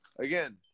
again